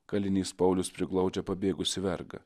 kalinys paulius priglaudžia pabėgusį vergą